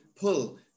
pull